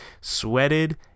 sweated